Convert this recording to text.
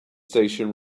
station